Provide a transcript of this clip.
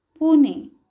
Pune